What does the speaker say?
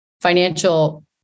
financial